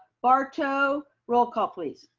barto. roll call please.